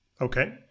Okay